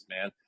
man